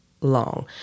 long